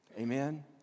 Amen